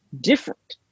different